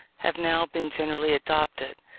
have now been generally adopted,